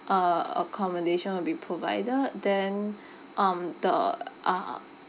uh accommodation will be provided then um the uh